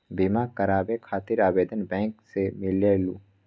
बिमा कराबे खातीर आवेदन बैंक से मिलेलु?